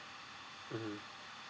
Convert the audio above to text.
mmhmm